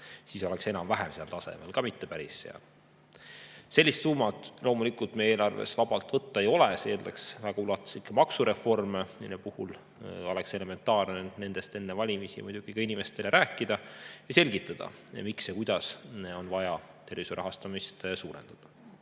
Siis oleks enam-vähem samal tasemel, aga mitte päris. Sellist summat loomulikult meie eelarvest vabalt võtta ei ole, see eeldaks väga ulatuslikke maksureforme, millest oleks elementaarne enne valimisi muidugi ka inimestele rääkida ja neile selgitada, miks ja kuidas on vaja tervishoiu rahastamist suurendada. See